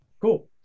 cool